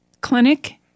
clinic